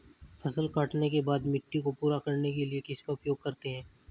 फसल काटने के बाद मिट्टी को पूरा करने के लिए किसका उपयोग करते हैं?